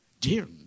Dear